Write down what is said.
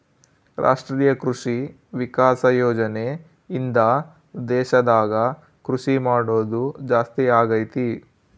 ರಾಷ್ಟ್ರೀಯ ಕೃಷಿ ವಿಕಾಸ ಯೋಜನೆ ಇಂದ ದೇಶದಾಗ ಕೃಷಿ ಮಾಡೋದು ಜಾಸ್ತಿ ಅಗೈತಿ